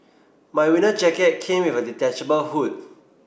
my winter jacket came with a detachable hood